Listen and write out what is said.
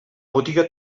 botiga